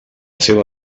seva